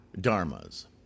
dharmas